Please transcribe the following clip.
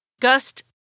Gust